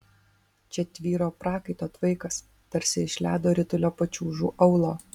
čia tvyro prakaito tvaikas tarsi iš ledo ritulio pačiūžų aulo